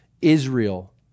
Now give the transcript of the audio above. Israel